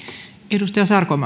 arvoisa